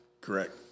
Correct